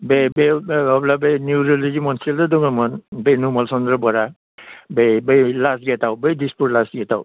बे बेयावनो अब्ला बै निउर'ल'जि मोनसेल' दोङोमोन बे नमल चन्द्र बरा बे बे लास्ट गेटआव बै दिसपुर लास्ट गेटाव